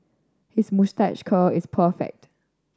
his moustache curl is perfect